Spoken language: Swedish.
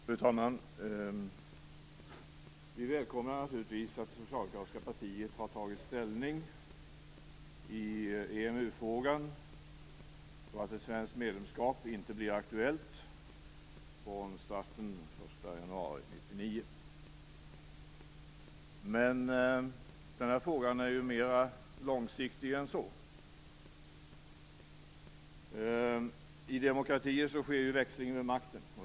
Fru talman! Vi välkomnar naturligtvis att det socialdemokratiska partiet har tagit ställning i EMU frågan så att ett svenskt medlemskap inte blir aktuellt från starten den 1 januari 1999. Men frågan är mera långsiktig än så. I demokratier sker det ju växlingar vid makten.